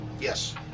Yes